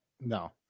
No